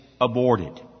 aborted